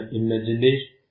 imagination